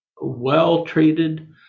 well-treated